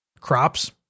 crops